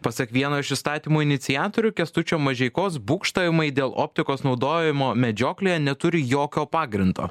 pasak vieno iš įstatymo iniciatorių kęstučio mažeikos būgštavimai dėl optikos naudojimo medžioklėje neturi jokio pagrindo